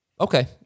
Okay